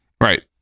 Right